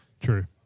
True